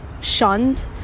shunned